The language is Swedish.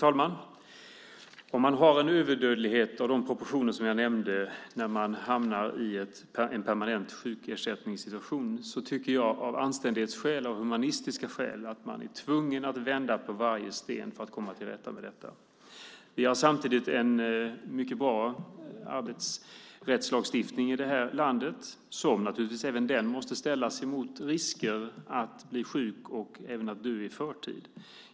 Herr talman! En överdödlighet av de proportioner som jag nämnde när det gäller de som hamnar i en permanent sjukersättningssituation tycker jag gör att man av anständighetsskäl och humanistiska skäl är tvungen att vända på varje sten för att komma till rätta med det. Vi har samtidigt en mycket bra arbetsrättslagstiftning i det här landet som naturligtvis även den måste ställas mot risker att bli sjuk och även att dö i förtid.